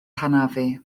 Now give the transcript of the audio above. hanafu